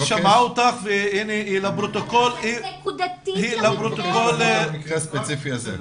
אלין שמעה אותך ולפרוטוקול היא --- נקודתית למקרה הזה.